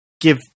give